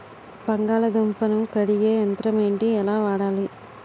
బంగాళదుంప ను కడిగే యంత్రం ఏంటి? ఎలా వాడాలి?